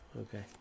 Okay